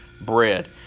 bread